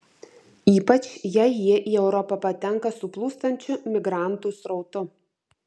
ypač jei jie į europą patenka su plūstančiu imigrantų srautu